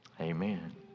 Amen